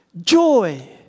Joy